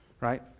right